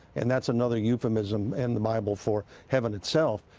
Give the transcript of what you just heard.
and that's another euphemism in the bible for heaven itself.